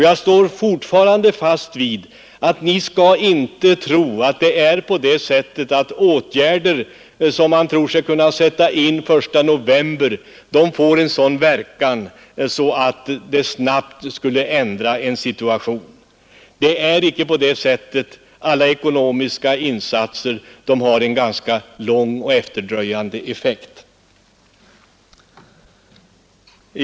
Jag upprepar att ni skall inte tro att åtgärder som man tror sig kunna sätta in den I november får en sådan verkan att det snabbt skulle ändra en situation. Det är icke på det sättet. Alla ekonomiska insatser har en ganska lång och efterdröjande effekt.